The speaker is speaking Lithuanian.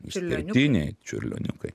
išskirtiniai čiurlioniukai